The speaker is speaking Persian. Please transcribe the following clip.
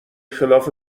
خلاف